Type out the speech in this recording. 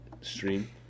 stream